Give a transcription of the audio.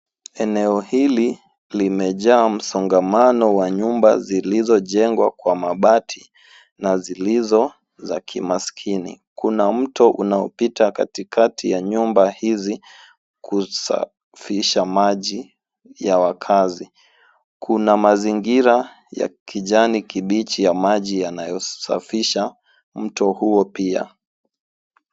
Eneo hili limejaa msongamano wa nyumba zilizojengwa kwa mabati na zilizo za kimaskini. Kuna mto unaopita katikati ya nyumba hizi kusafisha maji ya wakaazi. Kuna mazingira ya kijani kibichi ya maji yanayosafisha mto huo pia.